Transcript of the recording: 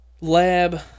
lab